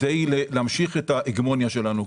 כדי להמשיך את ההגמוניה שלנו.